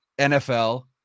NFL